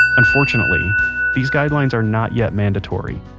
unfortunately these guidelines are not yet mandatory.